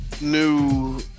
new